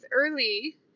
early